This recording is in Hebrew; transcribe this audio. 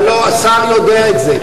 הלוא השר יודע את זה.